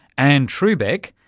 anne trubek,